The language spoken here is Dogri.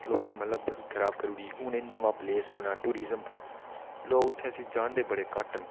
लोकें मतलव बड़ी खराब करूड दी हुन इत्थै नमीं टूरिस्ट प्लेस बनी दी लोक इसी इत्थै जानदे बड़े घट्ट न